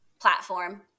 platform